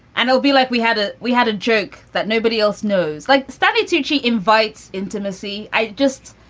and he'll be like, we had a we had a drink that nobody else knows. like stanley tucci invites intimacy. i just.